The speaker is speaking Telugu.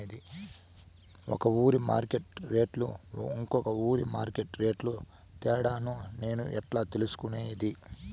ఒక ఊరి మార్కెట్ రేట్లు ఇంకో ఊరి మార్కెట్ రేట్లు తేడాను నేను ఎట్లా తెలుసుకునేది?